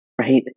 right